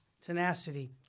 tenacity